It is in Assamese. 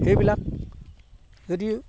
সেইবিলাক যদি